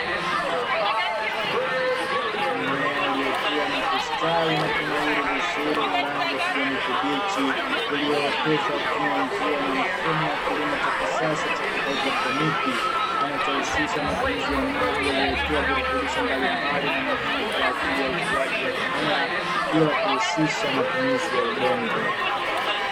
Mimea iliyokua na kustawi na kunawili vizuri yenye rangi ya kijani kibichi iliooteshwa kutumia njia na mfumo wa kilimo cha kisasa cha kihydroponiki, kinachohusisha matumizi ya maji yaliyotiwa virutubisho mbalimbali na muhimu kwa ajili ya ukuaji wa mimea bila kuhusisha matumizi ya udongo.